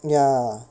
ya